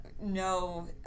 no